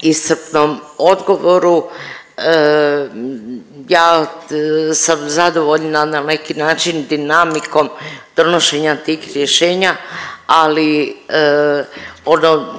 iscrpnom odgovoru. Ja sam zadovoljna na neki način dinamikom donošenja tih rješenja, ali ono